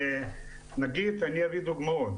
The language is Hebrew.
אני אביא דוגמאות.